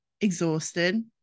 exhausted